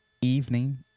evening